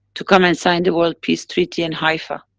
to come and sign the world peace treaty in haifa.